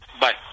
Bye